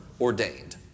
ordained